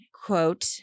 Quote